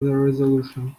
resolution